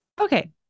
Okay